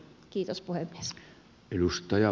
kiitos puhemies